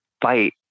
fight